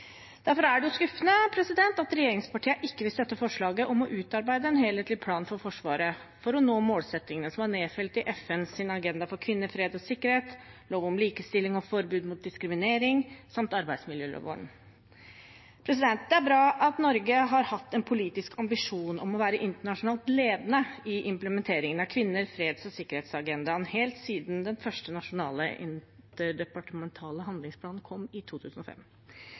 Derfor er det skuffende at regjeringspartiene ikke vil støtte forslaget om å utarbeide en helhetlig plan for Forsvaret for å nå målsettingene som er nedfelt i FNs agenda for kvinner, fred og sikkerhet, i lov om likestilling og forbud mot diskriminering samt arbeidsmiljøloven. Det er bra at Norge har hatt en politisk ambisjon om å være internasjonalt ledende i implementeringen av kvinner, fred og sikkerhet-agendaen, helt siden den første nasjonale interdepartementale handlingsplanen kom i 2005,